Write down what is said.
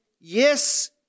yes